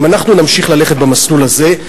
אם אנחנו נמשיך ללכת במסלול הזה,